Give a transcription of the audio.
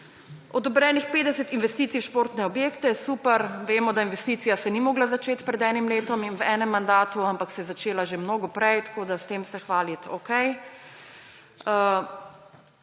Odobrenih 50 investicij v športne objekte. Super. Vemo, da investicija se ni mogla začeti pred enim letom in v enem mandatu, ampak se je začela že mnogo prej. S tem se hvaliti,